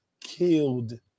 killed